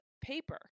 paper